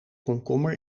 komkommer